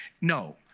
No